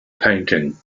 painting